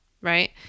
right